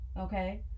Okay